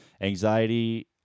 anxiety